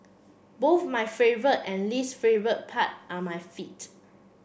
both my favourite and least favourite part are my feet